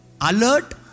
alert